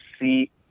see